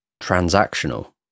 transactional